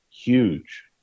huge